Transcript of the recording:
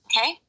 okay